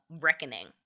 reckoning